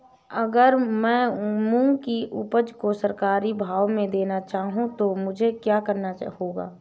अगर मैं मूंग की उपज को सरकारी भाव से देना चाहूँ तो मुझे क्या करना होगा?